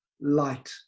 light